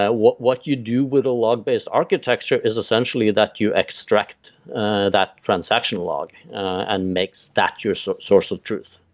ah what what you do with a log based architecture is essentially that you extract that transaction log and make statures of source of truth,